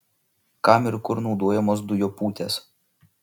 kam ir kur naudojamos dujopūtės